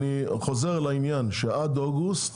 אני חוזר על העניין שעד אוגוסט